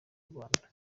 rwanda